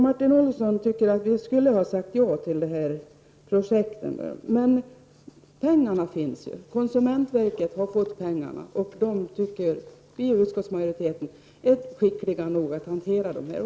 Martin Olsson tyckte att vi skulle ha sagt ja till projektet. Pengarna finns ju. Konsumentverket har fått pengar. Vi i majoriteten tycker att konsumentverket är skickligt nog att hantera frågan.